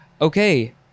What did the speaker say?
Okay